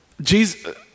Jesus